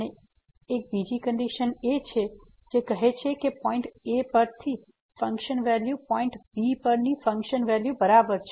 અને એક બીજી કંડીશન એ છે જે કહે છે કે પોઈન્ટ a પરની ફંકશન વેલ્યુ પોઈન્ટ b પરની ફંકશન વેલ્યુની બરાબર છે